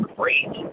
great